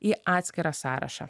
į atskirą sąrašą